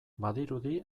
badirudi